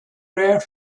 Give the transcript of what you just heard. rare